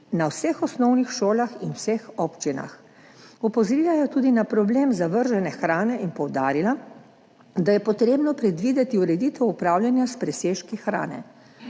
na vseh osnovnih šolah in v vseh občinah. Opozorila je tudi na problem zavržene hrane in poudarila, da je treba predvideti ureditev upravljanja s presežki hrane.